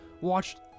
Watched